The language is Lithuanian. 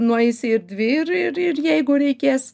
nueisi ir dvi ir ir ir jeigu reikės